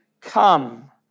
come